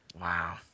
Wow